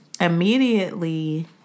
immediately